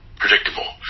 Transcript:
predictable